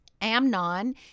Amnon